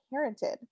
parented